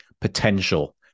potential